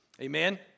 Amen